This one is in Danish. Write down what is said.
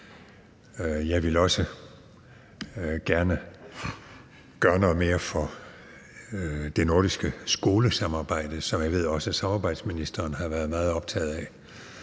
Jeg vil også gerne gøre noget mere for det nordiske skolesamarbejde, som jeg ved at også samarbejdsministeren har været meget optaget af.